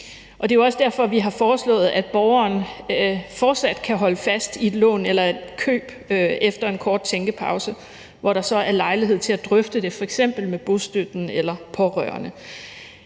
Det er også derfor, vi har foreslået, at borgeren fortsat kan holde fast i et lån eller et køb efter en kort tænkepause, hvor der så er lejlighed til at drøfte det, f.eks. med bostøtten eller pårørende.